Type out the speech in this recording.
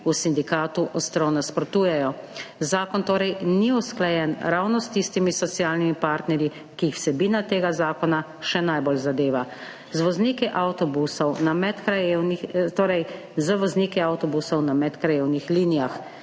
v sindikatu ostro nasprotujejo. Zakon torej ni usklajen ravno s tistimi socialnimi partnerji, ki jih vsebina tega zakona še najbolj zadeva, torej z vozniki avtobusov na medkrajevnih linijah.